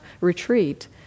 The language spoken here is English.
retreat